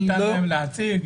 נתנו להם להציג?